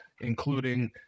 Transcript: including